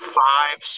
five